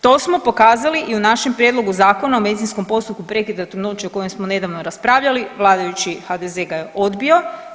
To smo pokazali i u našem prijedlogu Zakona o medicinskom postupku prekida trudnoće o kojem smo nedavno raspravljali, vladajući HDZ ga je odbio.